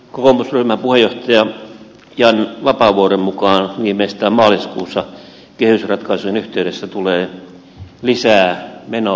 kokoomusryhmän puheenjohtajan jan vapaavuoren mukaan viimeistään maaliskuussa kehysratkaisujen yhteydessä tulee lisää menoleikkauksia